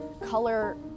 color